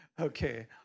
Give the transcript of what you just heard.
Okay